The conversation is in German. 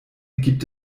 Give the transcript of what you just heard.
gibt